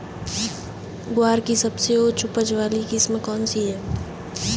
ग्वार की सबसे उच्च उपज वाली किस्म कौनसी है?